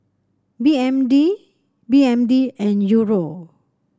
B M D B M D and Euro